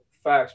Facts